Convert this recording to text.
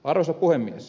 arvoisa puhemies